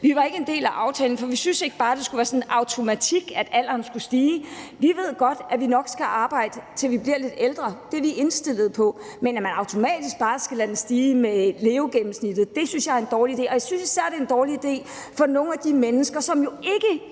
Vi var ikke en del af aftalen, for vi syntes ikke bare, at det skulle være sådan en automatik, at folkepensionsalderen skulle stige. Vi ved godt, at vi nok skal arbejde, til vi bliver lidt ældre. Det er vi indstillet på. Men at man automatisk bare skal lade folkepensionsalderen stige med den gennemsnitlige levetid, synes jeg er en dårlig idé. Og jeg synes især, det er en dårlig idé for nogle af de mennesker, som jo ikke